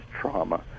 trauma